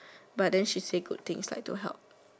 but then she say good things like to help